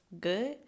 good